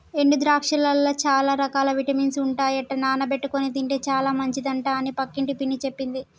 ఎండు ద్రాక్షలల్ల చాల రకాల విటమిన్స్ ఉంటాయట నానబెట్టుకొని తింటే చాల మంచిదట అని పక్కింటి పిన్ని చెప్పింది